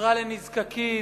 עזרה לנזקקים.